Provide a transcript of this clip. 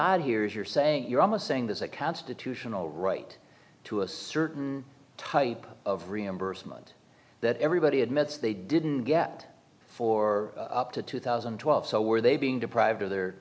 is you're saying you're almost saying there's a constitutional right to a certain type of reimbursement that everybody admits they didn't get for up to two thousand and twelve so were they being deprived of their